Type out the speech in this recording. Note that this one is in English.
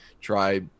try